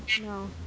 no